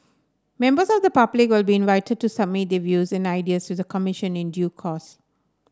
members of the public will be invited to submit their views and ideas to the Commission in due course